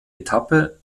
etappe